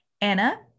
Anna